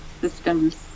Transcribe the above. systems